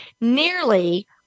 Nearly